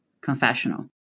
confessional